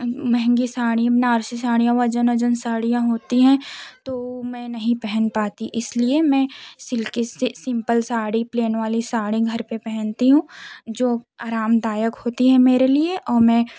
मेहंगी साड़ी बनारसी साड़ियाँ वजन उजन साड़ियाँ होती है तो मैं नहीं पहन पाती इसलिए मैं सिल्की से सिंपल साड़ी प्लेन वाली साड़ी घर पर पहनती हूँ जो आरामदायक होती है मेरे लिए और मैं